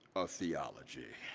of theology.